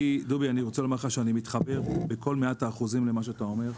דובי, אני מתחבר בכל מאת האחוזים למה שאתה אומר.